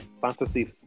fantasy